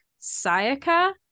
Sayaka